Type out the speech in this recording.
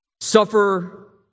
suffer